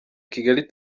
kigali